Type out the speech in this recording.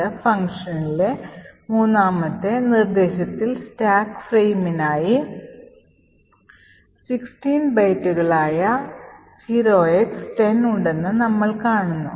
ഈ functionലെ മൂന്നാമത്തെ നിർദ്ദേശത്തിൽ സ്റ്റാക്ക് ഫ്രെയിമിനായി 16 ബൈറ്റുകളായ 0x10 ഉണ്ടെന്ന് നമ്മൾ കാണുന്നു